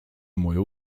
moją